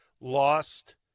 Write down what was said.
lost